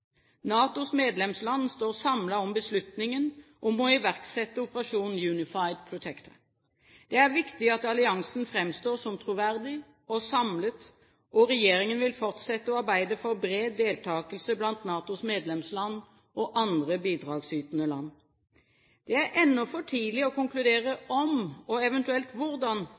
NATOs medlemsland står samlet om beslutningen om å iverksette operasjon Unified Protector. Det er viktig at alliansen framstår som troverdig og samlet, og regjeringen vil fortsette å arbeide for bred deltakelse blant NATOs medlemsland og andre bidragsytende land. Det er ennå for tidlig å konkludere om og eventuelt hvordan